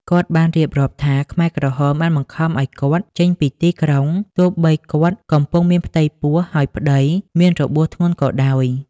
គាត់បានរៀបរាប់ថា ខ្មែរក្រហមបានបង្ខំឱ្យគាត់ចេញពីទីក្រុង ទោះបីគាត់កំពុងមានផ្ទៃពោះ ហើយប្តីមានរបួសធ្ងន់ក៏ដោយ។